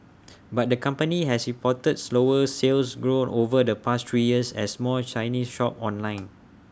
but the company has reported slower Sales Growth over the past three years as more Chinese shop online